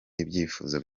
ibyifuzo